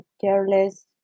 careless